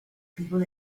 people